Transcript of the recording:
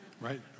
Right